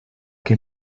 que